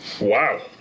Wow